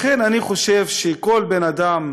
אני חושב שכל בן-אדם